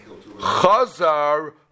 chazar